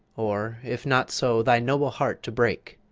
or if not so, thy noble heart to break.